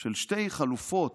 של שתי חלופות